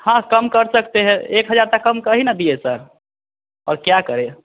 हाँ कम कर सकते हैं एक हज़ार तक कम कर ही दिए ना सर और क्या करें